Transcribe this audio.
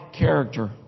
Character